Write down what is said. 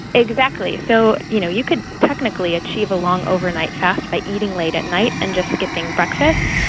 exactly. so you know you could technically achieve a long overnight fast by eating late at night and just skipping breakfast.